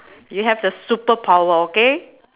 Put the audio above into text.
you have the superpower okay